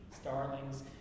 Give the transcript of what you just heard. Starlings